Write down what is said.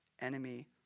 enemy